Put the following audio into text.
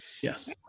Yes